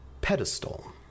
pedestal